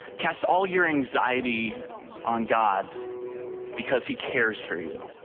cast all your anxiety on god because he cares for you.